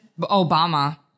Obama